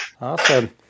Awesome